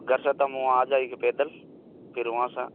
घर से तो हम वहाँ जाएँगे पैदल फिर वहाँ से